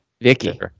Vicky